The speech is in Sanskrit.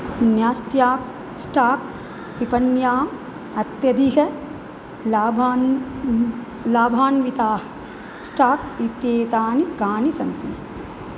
न्यास्ट्याक् स्टाक् विपण्याम् अत्यधिकलाभान् लाभान्विताः स्टाक् इत्येतानि कानि सन्ति